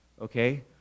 okay